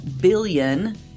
billion